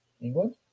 England